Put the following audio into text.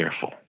careful